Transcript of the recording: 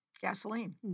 gasoline